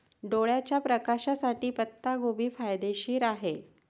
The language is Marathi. डोळ्याच्या प्रकाशासाठी पत्ताकोबी फायदेशीर आहे